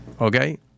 Okay